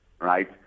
right